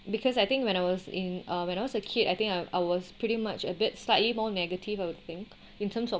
because I think when I was in uh when I was a kid I think I I was pretty much a bit slightly more negative I would think in terms of